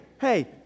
hey